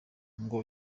ngo